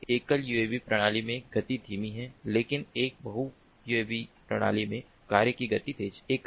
एक एकल यूएवी प्रणाली में गति धीमी है लेकिन एक बहु यूएवी प्रणाली में कार्य की गति तेज है